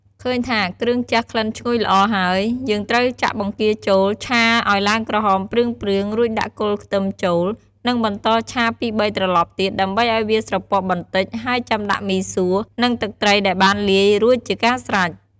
ឃើញថាគ្រឿងជះក្លិនឈ្ញុយល្អហើយ យើងត្រូវចាក់បង្គាចូល ឆាឲ្យឡើងក្រហមព្រឿងៗ រួចដាក់គល់ខ្ទឹមចូល និងបន្តឆាពីរបីត្រឡប់ទៀត ដើម្បីឱ្យវាស្រពាប់បន្តិច ហើយចាំដាក់មីសួរ និងទឹកត្រីដែលបានលាយរួចជាការស្រេច។